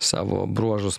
savo bruožus